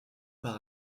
par